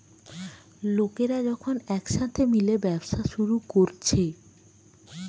লোকরা যখন একসাথে মিলে ব্যবসা শুরু কোরছে